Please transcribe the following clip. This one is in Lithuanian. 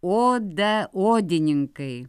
oda odininkai